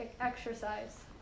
exercise